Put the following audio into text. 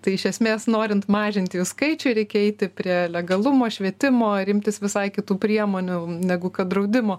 tai iš esmės norint mažinti jų skaičių reikia eiti prie legalumo švietimo ir imtis visai kitų priemonių negu kad draudimo